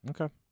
Okay